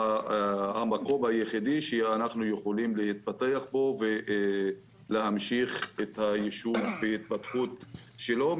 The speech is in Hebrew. המקום היחיד שאנחנו יכולים להתפתח בו ולהמשיך את ההתפתחות של היישוב.